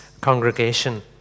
congregation